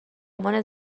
عنوان